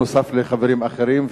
נוסף על חברים אחרים.